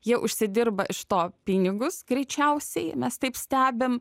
jie užsidirba iš to pinigus greičiausiai mes taip stebim